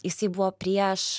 jisai buvo prieš